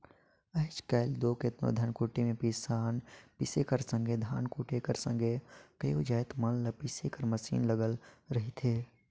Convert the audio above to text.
आएज काएल दो केतनो धनकुट्टी में पिसान पीसे कर संघे धान कूटे कर संघे कइयो जाएत मन ल पीसे कर मसीन लगल रहथे